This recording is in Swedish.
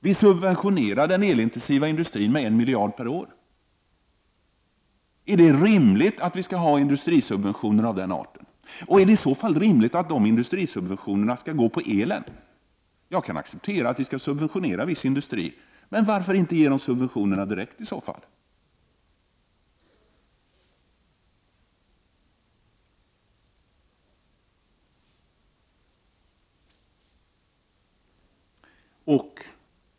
Vi subventionerar den elintensiva industrin med 1 miljard kronor per år. Är det rimligt att det skall förekomma industrisubventioner av den typen? Är det i så fall rimligt att dessa industrisubventioner skall gå till elen? Jag kan acceptera att vi skall subventionera viss industri, men varför inte ge dessa subventioner direkt?